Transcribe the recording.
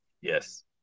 Yes